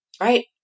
right